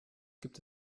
gibt